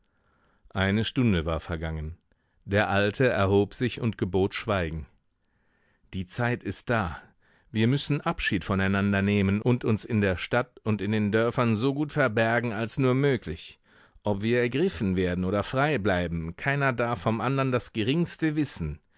eine stunde war vergangen der alte erhob sich und gebot schweigen die zeit ist da wir müssen abschied voneinander nehmen und uns in der stadt und in den dörfern so gut verbergen als nur möglich ob wir ergriffen werden oder freibleiben keiner darf vom andern das geringste wissen